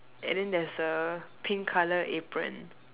and then there's a pink colour apron